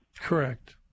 Correct